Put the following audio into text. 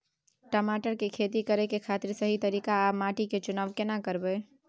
टमाटर की खेती करै के खातिर सही तरीका आर माटी के चुनाव केना करबै?